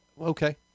Okay